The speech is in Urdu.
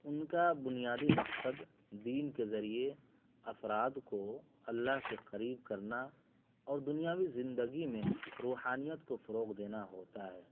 ان کا بنیادی مقصد دین کے ذریعے افراد کو اللہ سے قریب کرنا اور دنیاوی زندگی میں روحانیت کو فروغ دینا ہوتا ہے